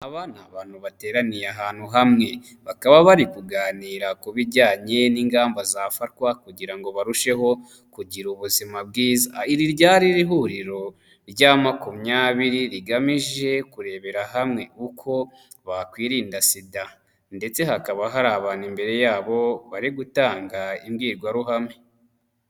Aba ni abantu bateraniye ahantu hamwe, bakaba bari kuganira ku bijyanye n'ingamba zafatwa kugira ngo barusheho kugira ubuzima bwiza, iri ryari ihuriro rya makumyabiri rigamije kurebera hamwe uko bakwirinda sida ndetse hakaba hari abantu imbere yabo bari gutanga imbwirwaruhame.